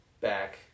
back